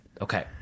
Okay